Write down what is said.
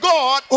God